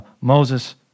Moses